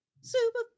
super